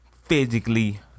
physically